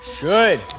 Good